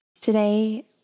Today